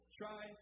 try